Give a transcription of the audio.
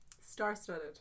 Star-studded